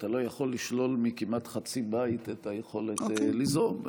אתה לא יכול לשלול מכמעט חצי בית את היכולת ליזום.